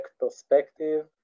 perspective